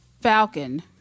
falcon